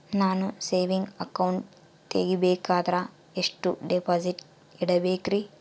ನಾನು saving account ತೆಗಿಬೇಕಂದರ ಎಷ್ಟು ಡಿಪಾಸಿಟ್ ಇಡಬೇಕ್ರಿ?